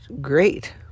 great